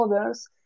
others